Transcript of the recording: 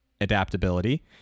adaptability